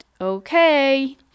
okay